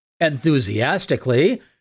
Enthusiastically